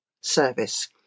service